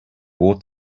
ought